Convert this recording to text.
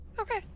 Okay